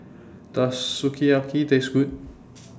Does Sukiyaki Taste Good